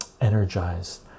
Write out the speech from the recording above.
energized